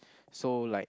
so like